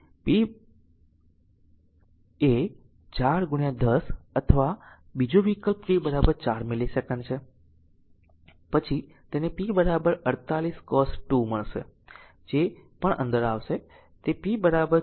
તે pમાટે 410 અથવા બીજો વિકલ્પ t 4 મિલીસેકંડ છે પછી તેને p 48 cos 2 મળશે જે પણ અંદર આવશે તે p 4